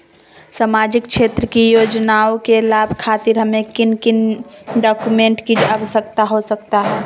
सामाजिक क्षेत्र की योजनाओं के लाभ खातिर हमें किन किन डॉक्यूमेंट की आवश्यकता हो सकता है?